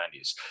90s